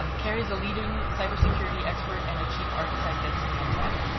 um carey's a leading cyber security expert and a chief architect at symantec,